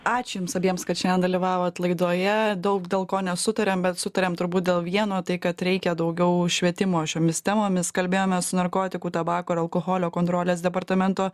ačiū jums abiems kad šiandien dalyvavot laidoje daug dėl ko nesutarėm bet sutarėm turbūt dėl vieno tai kad reikia daugiau švietimo šiomis temomis kalbėjomės su narkotikų tabako ir alkoholio kontrolės departamento